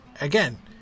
Again